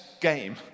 game